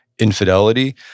Infidelity